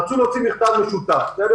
רון חולדאי,